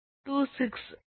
6 மாறுபடுகிறது